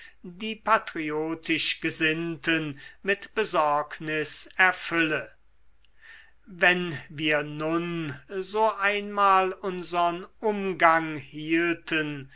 die patriotischgesinnten mit besorgnis erfülle wenn wir nun so einmal unsern umgang hielten